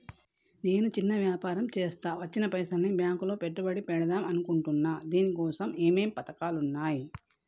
నేను చిన్న వ్యాపారం చేస్తా వచ్చిన పైసల్ని బ్యాంకులో పెట్టుబడి పెడదాం అనుకుంటున్నా దీనికోసం ఏమేం పథకాలు ఉన్నాయ్?